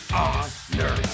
honor